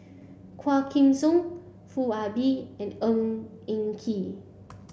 Quah Kim Song Foo Ah Bee and Eng Ng Kee